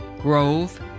Grove